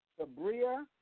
Sabria